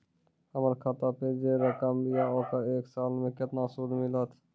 हमर खाता पे जे रकम या ओकर एक साल मे केतना सूद मिलत?